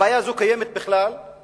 הבעיה הזאת קיימת בגליל,